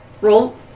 roll